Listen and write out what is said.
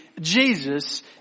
Jesus